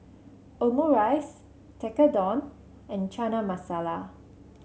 Omurice Tekkadon and Chana Masala